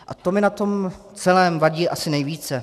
A to mi na tom celém vadí co nejvíce.